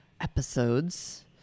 episodes